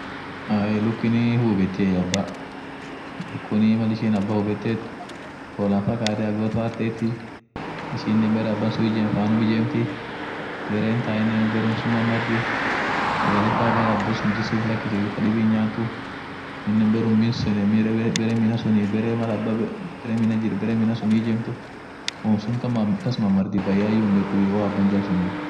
ahey lukinii hihubetiey abba lukunii mal ishin abba hubeteet qolaan fa kaate hagoodfar teeti ishen bare abban sun ijem fanum ijemti, bere in tainen berem sun ma-marti sagle fa malabasun jissuf lakisi tadibi hinyaatu, minen berem min suni ber-bere-beremina suni bere min abba bere mina jir bere minasuni hi ijemtu woom su kakamam-kasmamarti bayayu hindetuyu.